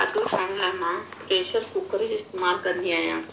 खाधो ठाहिण लाइ मां प्रेशर कुकर जो इस्तेमालु कंदी आहियां